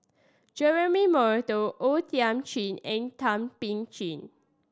Jeremy Monteiro O Thiam Chin and Thum Ping Tjin